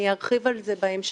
אני ארחיב על זה בהמשך,